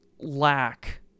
lack